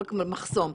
רק מחסום.